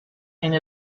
and